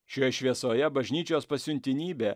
šioj šviesoje bažnyčios pasiuntinybė